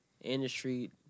industry